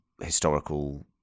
historical